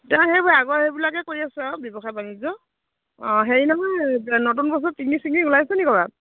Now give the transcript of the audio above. তেওঁ সেইবোৰে আগৰ সেইবিলাকে কৰি আছে আৰু ব্যৱসায় বাণিজ্য অঁ হেৰি নহয় নতুন বছৰত পিকনিক চিকনিক ওলাইছেনি ক'ৰবাত